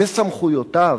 וסמכויותיו,